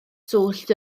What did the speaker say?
swllt